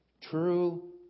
true